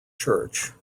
church